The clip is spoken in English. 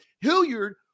Hilliard